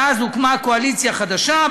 ואז הוקמה קואליציה חדשה,